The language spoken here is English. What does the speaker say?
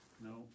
No